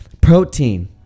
Protein